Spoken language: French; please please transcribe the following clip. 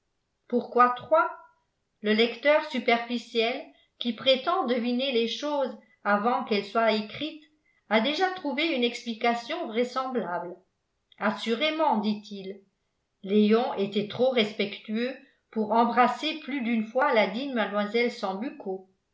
pourquoi trois le lecteur superficiel qui prétend deviner les choses avant qu'elles soient écrites a déjà trouvé une explication vraisemblable assurément dit-il léon était trop respectueux pour embrasser plus d'une fois la digne mlle sambucco